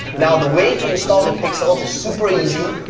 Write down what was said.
now the way to install the pixels is super easy.